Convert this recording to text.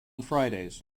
fridays